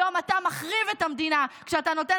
היום אתה מחריב את המדינה כשאתה נותן